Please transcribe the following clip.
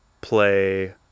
play